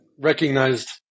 recognized